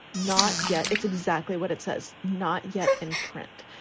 not yet. it's exactly what it says. not yet in print.